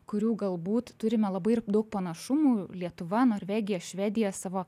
kurių galbūt turime labai ir daug panašumų lietuva norvegija švedija savo